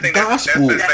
gospel